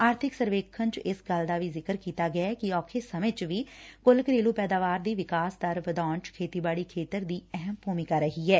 ਆਰਥਿਕ ਸਰਵੇਖਣ ਚ ਇਸ ਗੱਲ ਦਾ ਵੀ ਜ਼ਿਕਰ ਕੀਤਾ ਗਿਐ ਕਿ ਔਖੇ ਸਮੇਂ ਚ ਵੀ ਕੁੱਲ ਘਰੇਲੁ ਪੈਦਾਵਾਰ ਦੀ ਵਿਕਾਸ ਦਰ ਵਧਾਉਣ ਚ ਖੇਤੀਬਾੜੀ ਖੇਤਰ ਦੀ ਅਹਿਮ ਭੂਮਿਕਾ ਰਹੀ ਐ